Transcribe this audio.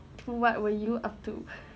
so what were you up to